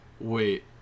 Wait